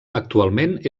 actualment